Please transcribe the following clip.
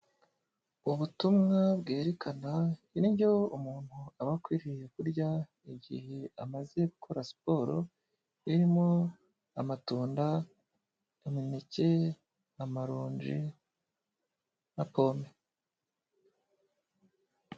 Ubutumwa bwerekana indyo umuntu aba akwiriye kurya igihe amaze gukora siporo: irimo amatunda, imineke, amaronji na pome.